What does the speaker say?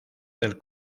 del